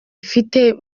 ifite